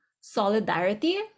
solidarity